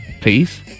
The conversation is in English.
Peace